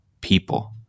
people